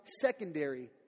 secondary